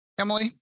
Emily